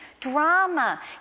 drama